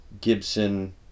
Gibson